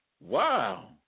wow